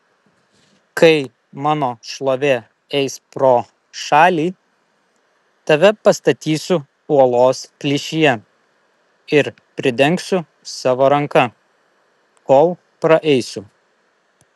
kai mano šlovė eis pro šalį tave pastatysiu uolos plyšyje ir pridengsiu savo ranka kol praeisiu